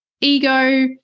ego